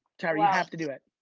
tara, you have to do it.